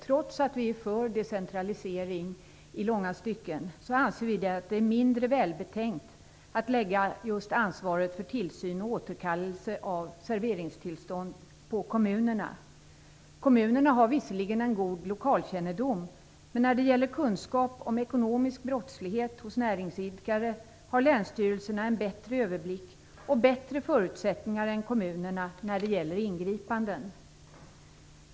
Trots att vi är för decentralisering i stor utsträckning anser vi att det är mindre välbetänkt att lägga ansvaret för tillsyn och återkallelse av serveringstillstånd på kommunerna. Kommunerna har visserligen en god lokalkännedom, men när det gäller kunskap om ekonomisk brottslighet hos näringsidkare har länsstyrelserna en bättre överblick. Länsstyrelserna har också bättre förutsättningar än kommunerna när det gäller ingripanden.